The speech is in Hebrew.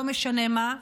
לא משנה מה,